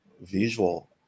visual